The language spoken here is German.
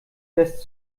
lässt